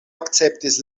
akceptis